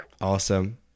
Awesome